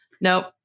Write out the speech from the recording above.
Nope